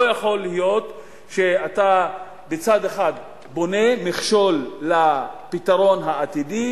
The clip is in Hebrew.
לא יכול להיות שאתה מצד אחד בונה מכשול לפתרון העתידי,